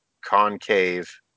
concave